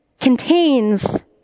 contains